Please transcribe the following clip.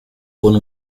con